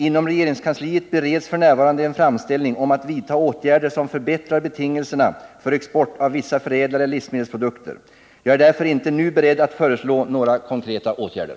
Inom regeringskansliet bereds f. n. en framställning om att åtgärder skall vidtas som förbättrar betingelserna för export av vissa förädlade livsmedelsprodukter. Jag är därför inte nu beredd att föreslå några konkreta åtgärder.